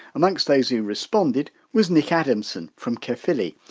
amongst those who responded was nick adamson from caerphilly,